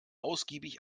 ausgiebig